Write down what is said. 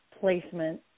placement